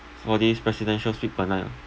for this presidential suite per night ah